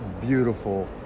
beautiful